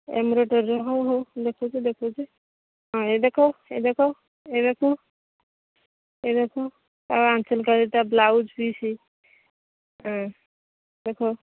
ଏମ୍ରଡ଼ୋରୀର ହେଉ ହେଉ ଦେଖାଉଛି ଦେଖାଉଛି ହଁ ଏଇ ଦେଖ ଏଇ ଦେଖ ଏଇ ଦେଖ ଏଇ ଦେଖ ତା' ଆଞ୍ଚଲଟା ତା' ବ୍ଲାଉଜ୍ ପିସ୍ ହଁ ଦେଖ